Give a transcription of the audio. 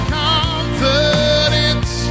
confidence